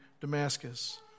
Damascus